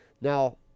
Now